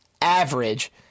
average